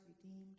redeemed